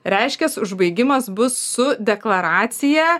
reiškias užbaigimas bus su deklaracija